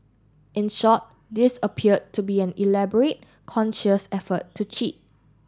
in short this appeared to be an elaborate conscious effort to cheat